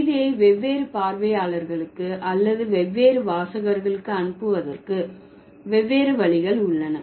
செய்தியை வெவ்வேறு பார்வையாளர்களுக்கு அல்லது வெவ்வேறு வாசகர்களுக்கு அனுப்புவதற்கு வெவ்வேறு வழிகள் உள்ளன